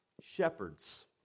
Shepherds